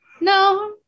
no